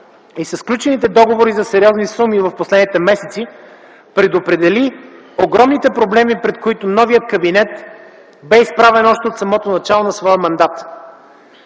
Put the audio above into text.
и сключените договори за сериозни суми в последните месеци предопредели огромните проблеми, пред които новият кабинет бе изправен още от самото начало на своя мандат.